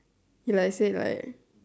he like said like